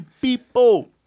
people